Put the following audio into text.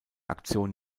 aktion